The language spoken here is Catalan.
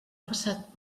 passat